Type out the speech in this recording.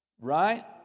Right